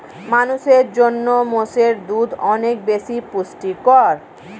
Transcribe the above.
মানুষের জন্য মোষের দুধ অনেক বেশি পুষ্টিকর